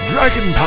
Dragon